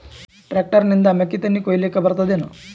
Tractor ನಿಂದ ಮೆಕ್ಕಿತೆನಿ ಕೊಯ್ಯಲಿಕ್ ಬರತದೆನ?